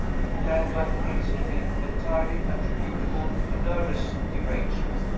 declared my case to be entirely attributable to nervous derangement,